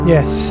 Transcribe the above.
Yes